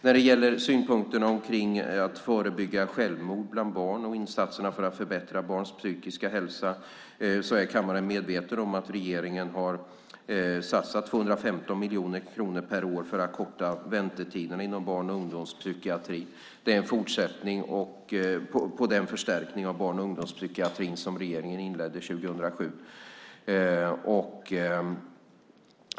När det gäller synpunkterna på arbetet för att förebygga självmord bland barn och insatserna för att förbättra barns psykiska hälsa är kammaren medveten om att regeringen har satsat 215 miljoner kronor per år för att korta väntetiderna inom barn och ungdomspsykiatrin. Det är en fortsättning på den förstärkning av barn och ungdomspsykiatrin som regeringen inledde 2007.